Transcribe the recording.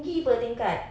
tinggi [pe] tingkat